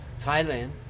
Thailand